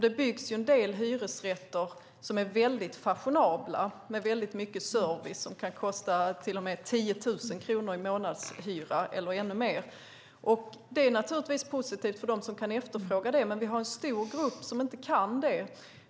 Det byggs en del hyresrätter som är väldigt fashionabla, med väldigt mycket service, som kan kosta till och med 10 000 kronor i månadshyra eller ännu mer. Det är naturligtvis positivt för dem som kan efterfråga det. Men vi har en stor grupp som inte kan det.